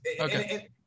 okay